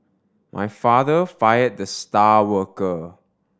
my father fired the star worker